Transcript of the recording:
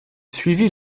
suivit